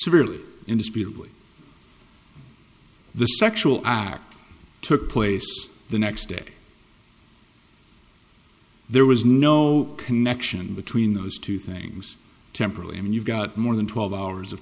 severely indisputably the sexual act took place the next day there was no connection between those two things temporally and you've got more than twelve hours of